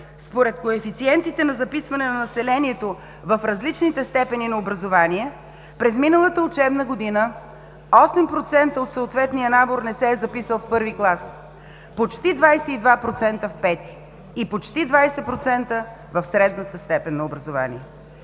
Според коефициентите на записване на населението в различните степени на образование през миналата учебна година 8% от съответния набор не се е записал в първи клас, почти 22% в пети и почти 20% в средната степен на образование.